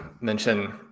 mention